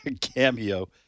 cameo